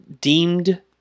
deemed